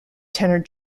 tenor